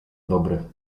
dobry